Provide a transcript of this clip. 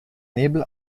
nebel